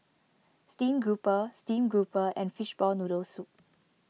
Steamed Grouper Steamed Grouper and Fishball Noodle Soup